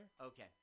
Okay